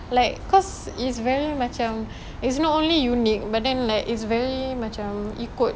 like cause it's very macam it's not only unique but then like it's very macam ikut